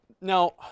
Now